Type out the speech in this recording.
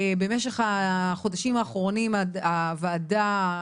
במשך החודשים האחרונים הוועדה,